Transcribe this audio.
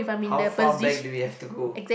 how far back do we have to go